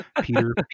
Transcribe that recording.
peter